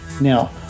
Now